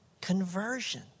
conversion